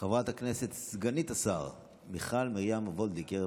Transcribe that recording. חברת הכנסת סגנית השר מיכל מרים וולדיגר,